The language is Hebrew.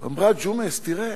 אמרה: ג'ומס, תראה,